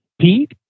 Pete